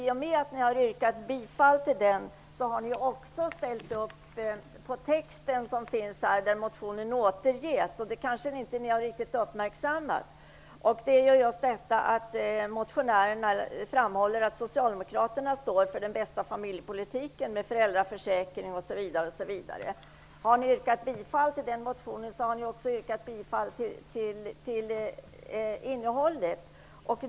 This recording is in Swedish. I och med att ni har yrkat bifall till den har ni också ställt upp på texten i motionen, och det har ni kanske inte riktigt uppmärksammat. Motionärerna framhåller just att socialdemokraterna står för den bästa familjepolitiken med föräldraförsäkring osv. Om ni har yrkat bifall till den motionen har ni också yrkat bifall till innehållet.